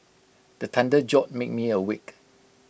the thunder jolt me me awake